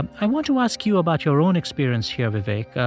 and i want to ask you about your own experience here, vivek.